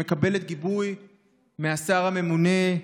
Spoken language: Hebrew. שמקבלת גיבוי מהשר הממונה,